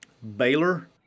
Baylor